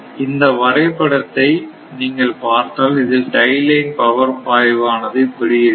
இந்த வரைபடத்தை நீங்கள் பார்த்தால் இதில் டை லைன் பவர் பாய்வானது இப்படி இருக்கிறது